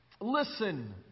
Listen